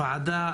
בוועדה